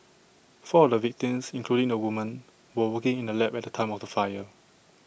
four of the victims including the woman were working in the lab at the time of the fire